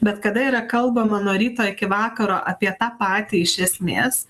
bet kada yra kalbama nuo ryto iki vakaro apie tą patį iš esmės